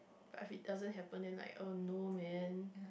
but if it doesn't happen then like oh no man